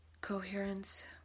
coherence